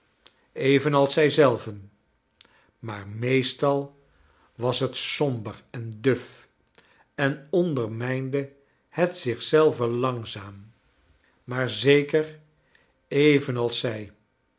evenals zij zelve maar meestal was het somber en duf en ondermijnde het zich zelve langzaam maar zeker evenals zij